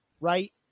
right